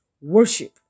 worship